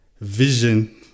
vision